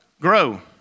Grow